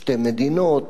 שתי מדינות,